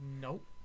Nope